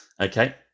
okay